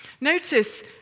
Notice